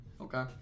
Okay